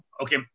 Okay